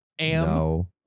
No